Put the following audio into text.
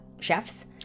chefs